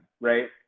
right